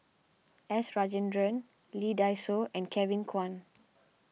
S Rajendran Lee Dai Soh and Kevin Kwan